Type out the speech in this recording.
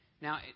Now